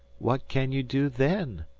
what can you do then?